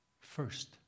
first